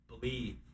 believe